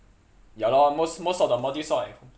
ya lor most most of the modules all at